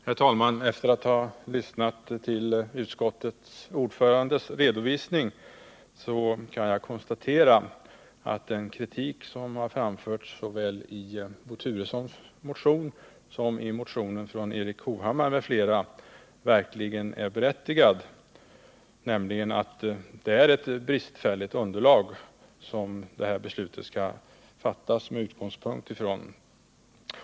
Herr talman! Efter att ha lyssnat till den redovisning som utskottets ordförande lämnat kan jag konstatera att den kritik som framförts såväl i Bo Turessons motion som i motionen av Erik Hovhammar m.fl. verkligen är berättigad, nämligen att det är ett bristfälligt underlag som det här beslutet skall fattas med utgångspunkt i.